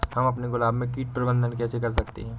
हम अपने गुलाब में कीट प्रबंधन कैसे कर सकते है?